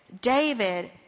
David